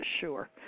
sure